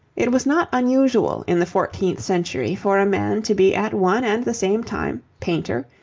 it was not unusual in the fourteenth century for a man to be at one and the same time painter,